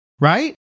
Right